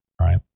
right